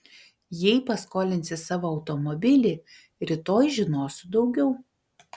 jei paskolinsi savo automobilį rytoj žinosiu daugiau